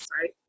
right